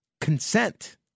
consent